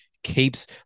Keeps